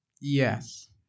yes